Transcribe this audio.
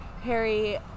Harry